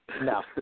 No